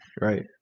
right